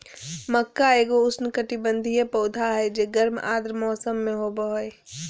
मक्का एगो उष्णकटिबंधीय पौधा हइ जे गर्म आर्द्र मौसम में होबा हइ